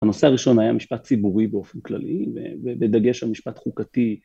הנושא הראשון, היה משפט ציבורי באופן כללי, ובדגש המשפט חוקתי.